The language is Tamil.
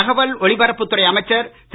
தகவல் ஒலிபரப்புத் துறை அமைச்சர் திரு